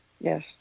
Yes